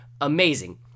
Amazing